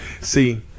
See